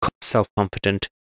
self-confident